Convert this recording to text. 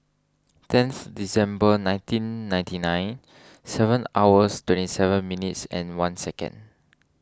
tenth December nineteen ninety nine seven hours twenty seven minutes and one second